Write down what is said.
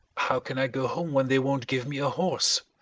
how can i go home when they won't give me a horse?